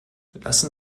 lassen